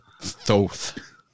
Thoth